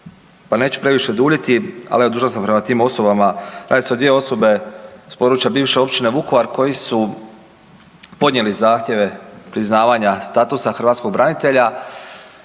pa neću previše duljite, ali evo dužan sam prema tim osobama, radi se o dvije osobe s područja bivše općine Vukovar koji su podnijeli zahtjeve priznavanja statusa hrvatskog branitelja,